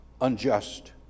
unjust